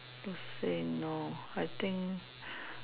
to say no I think